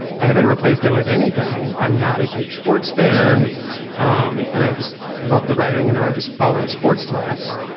i haven't replaced it with anything i'm not a huge sports fan um and i just loved the writing and i just follow sports less.